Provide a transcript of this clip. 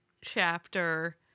chapter